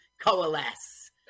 coalesce